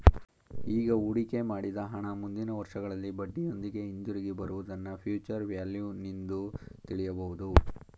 ಈಗ ಹೂಡಿಕೆ ಮಾಡಿದ ಹಣ ಮುಂದಿನ ವರ್ಷಗಳಲ್ಲಿ ಬಡ್ಡಿಯೊಂದಿಗೆ ಹಿಂದಿರುಗಿ ಬರುವುದನ್ನ ಫ್ಯೂಚರ್ ವ್ಯಾಲ್ಯೂ ನಿಂದು ತಿಳಿಯಬಹುದು